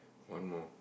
one more